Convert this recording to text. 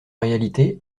réalité